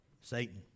Satan